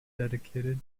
dedicated